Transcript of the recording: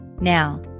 Now